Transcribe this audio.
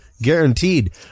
guaranteed